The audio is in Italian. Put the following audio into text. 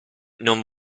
non